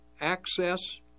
access